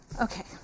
Okay